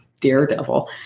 daredevil